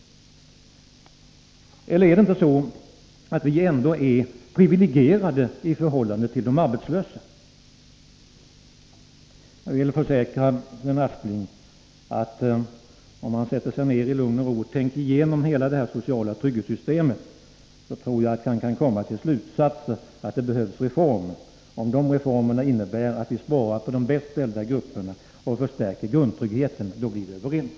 Är det ändå inte så att vi är privilegierade i förhållande till de arbetslösa? Jag vill försäkra Sven Aspling, att om han sätter sig ner och i lugn och ro tänker igenom hela det sociala trygghetssystemet, skall han komma till slutsatsen att det behövs reformer. Om dessa reformer innebär att vi sparar när det gäller de bäst ställda grupperna och förstärker grundtryggheten, då blir vi överens.